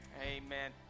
Amen